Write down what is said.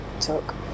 took